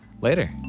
later